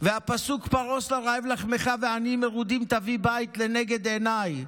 הפסוק "הלוא פרס לרעב לחמך ועניים מרודים תביא בית" לנגד עיניי.